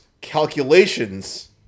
calculations